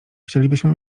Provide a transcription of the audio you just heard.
chcielibyśmy